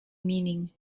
meaning